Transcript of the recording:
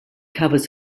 covers